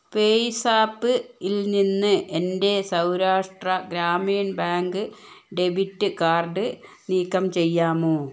PayZapp ഇൽ നിന്ന് എൻ്റെ Saurashtra Gramin Bank debit card നീക്കം ചെയ്യാമോ